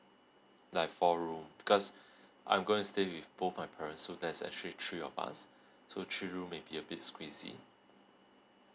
like four room because I'm gonna stay with both my parents so there's actually three of us so three room maybe a bit squeezy